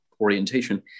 orientation